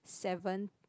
seven